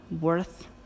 worth